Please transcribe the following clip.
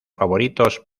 favoritos